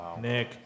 Nick